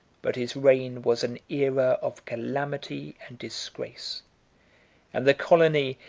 but his reign was an aera of calamity and disgrace and the colony,